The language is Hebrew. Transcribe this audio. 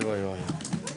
בשעה 11:00.